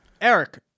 Eric